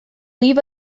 leave